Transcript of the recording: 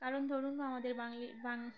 কারণ ধরুন আমাদের বাংলির বাং